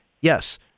Yes